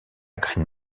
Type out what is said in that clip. green